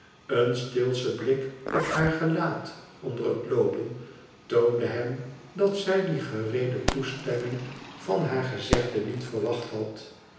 een steelsche blik op haar gelaat onder het loopen toonde hem dat zij die gereede toestemming van haar gezegde niet verwacht had